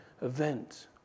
event